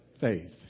faith